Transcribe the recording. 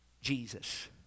Jesus